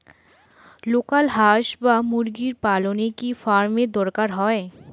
Local হাস বা মুরগি পালনে কি ফার্ম এর দরকার হয়?